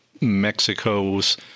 Mexico's